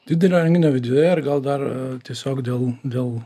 didelio renginio viduje ir gal dar tiesiog dėl dėl